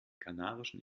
kanarischen